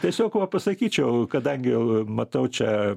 tiesiog va pasakyčiau kadangi matau čia